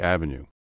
Avenue